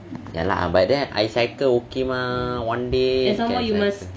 ya lah but then I cycle okay mah one day can cycle